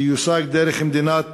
שיושג דרך מדינת